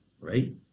right